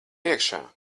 iekšā